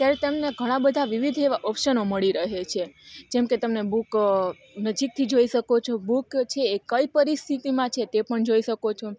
ત્યારે તમને ઘણા બધા વિવિધ એવા ઓપ્શનો મળી રહે છે જેમ કે તમને બુક નજીકથી જોઈ શકો છો બુક છે એ કઈ પરિસ્થિતિમાં છે તે પણ જોઈ શકો છો